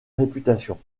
réputation